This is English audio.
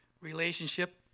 relationship